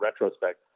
retrospect